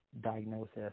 diagnosis